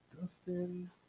Dustin